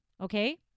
Okay